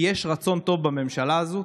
כי יש רצון טוב בממשלה הזו.